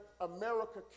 America